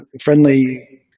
friendly